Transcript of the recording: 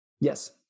yes